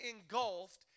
engulfed